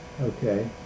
Okay